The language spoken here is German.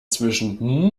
zwischen